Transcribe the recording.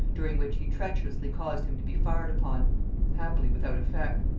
during which he treacherously caused him to be fired upon happily without effect.